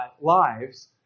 lives